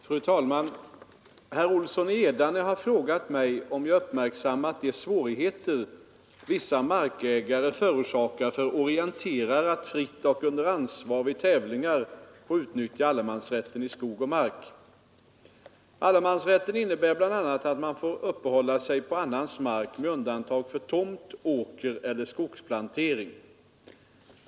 Fru talman! Herr Olsson i Edane har frågat mig om jag uppmärksammat de svårigheter vissa markägare förorsakar för orienterare att fritt och under ansvar vid tävlingar få utnyttja allemansrätten i skog och mark. Allemansrätten innebär bl.a. att man får uppehålla sig på annans mark, med undantag för tomt, åker eller skogsplantering.